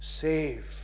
save